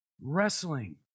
wrestling